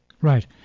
Right